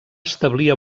establir